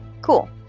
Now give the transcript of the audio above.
Cool